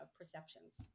perceptions